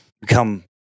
become